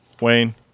Wayne